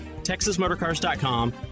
TexasMotorcars.com